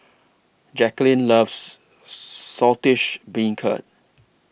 Jacquline loves Saltish Beancurd